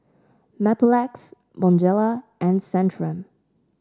Mepilex Bonjela and Centrum